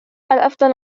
الأفضل